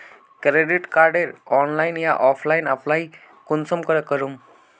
Credit कार्डेर online या offline apply कुंसम करे करूम?